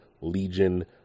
Legion